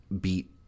beat